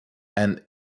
and